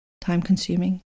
time-consuming